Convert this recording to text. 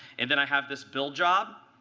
and then i have this build job.